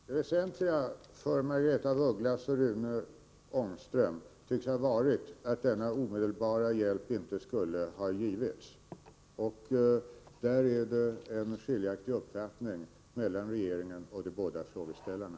Herr talman! Det väsentliga för Margaretha af Ugglas och Rune Ångström tycks ha varit att denna omedelbara hjälp inte skulle ha givits. Där råder det en skiljaktig uppfattning mellan regeringen och de båda frågeställarna.